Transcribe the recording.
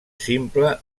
simple